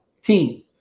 team